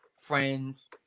friends